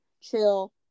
chill